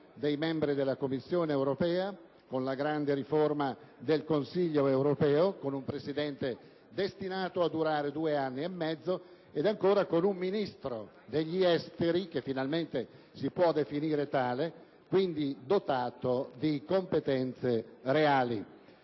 dei membri della Commissione europea, con la grande riforma del Consiglio europeo, con un Presidente destinato a durare due anni e mezzo e con un Ministro degli esteri, che finalmente si può definire tale, quindi dotato di competenze reali.